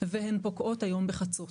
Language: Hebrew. והן פוקעות היום בחצות.